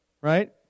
right